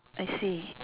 I see